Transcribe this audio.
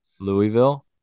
Louisville